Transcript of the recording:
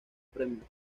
premio